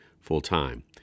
full-time